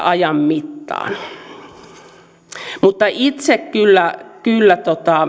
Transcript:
ajan mittaan itse kyllä kyllä